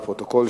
לפרוטוקול.